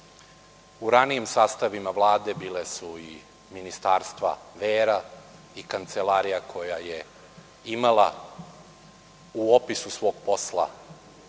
U ranijim sastavima Vlade bila su ministarstva vera i kancelarija koja je imala u opisu svog posla